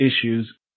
issues